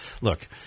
look –